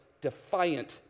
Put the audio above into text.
defiant